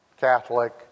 Catholic